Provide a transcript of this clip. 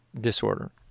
disorder